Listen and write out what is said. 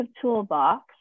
toolbox